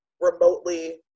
remotely